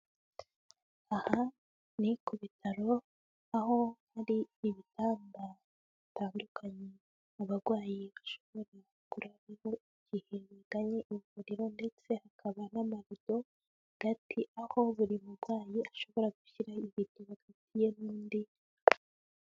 Aha ni ku bitaro aho hari ibitanda bitandukanye mu barwayi bashobora kuvura, rero igihe baganye ivuriro ndetse hakaba n'amarido hagati, aho buri murwayi ashobora gushyira ibintu hagati ye n'undi.